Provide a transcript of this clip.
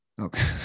Okay